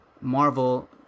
Marvel